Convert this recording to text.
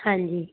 ਹਾਂਜੀ